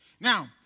now